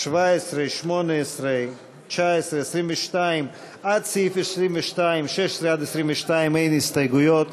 17, 18, 19, עד 22, סעיפים 16 22, אין הסתייגויות.